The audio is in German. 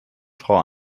frau